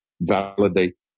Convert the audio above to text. validate